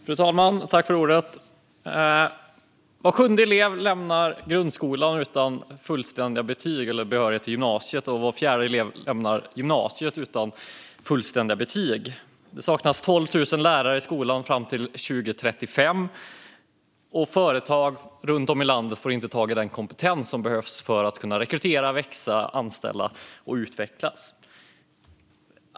Fru talman! Var sjunde elev lämnar grundskolan utan fullständiga betyg och behörighet till gymnasiet, och var fjärde elev lämnar gymnasiet utan fullständiga betyg. Det saknas 12 000 lärare i skolan fram till 2035. Och företag runt om i landet får inte tag i den kompetens som behövs för att kunna rekrytera, växa, anställa och utvecklas.